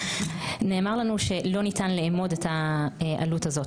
נאמר לנו שלא ניתן לאמוד את העלות הזו